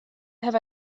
have